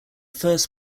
first